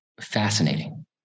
fascinating